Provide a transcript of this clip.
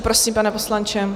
Prosím, pane poslanče.